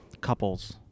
couples